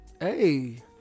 Hey